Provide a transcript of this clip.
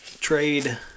trade